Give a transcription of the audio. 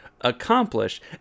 accomplish